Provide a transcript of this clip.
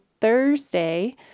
Thursday